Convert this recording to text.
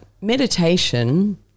Meditation